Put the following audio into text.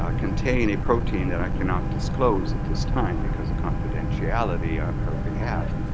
ah contain a protein that i cannot disclose at this time, because of confidentiality on her behalf